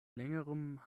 längerem